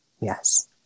yes